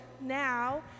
now